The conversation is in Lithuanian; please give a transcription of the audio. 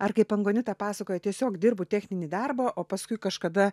ar kaip angonita pasakojo tiesiog dirbu techninį darbą o paskui kažkada